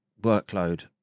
workload